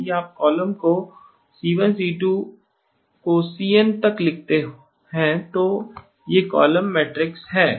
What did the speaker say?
यदि आप कॉलम्स को C1 C2 को CN तक लिखते हैं तो ये कॉलम्स मेट्राईसेस हैं